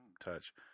touch